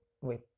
wait